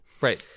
Right